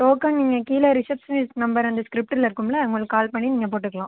token நீங்கள் கீழே receptionist number அந்த ஸ்க்ரிப்ட்டில் இருக்கும்லை அவர்களுக்கு கால் பண்ணி நீங்கள் போட்டுக்கலாம்